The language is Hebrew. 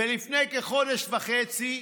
ולפני כחודש וחצי,